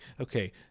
okay